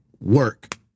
work